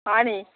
হয়নি